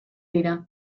dira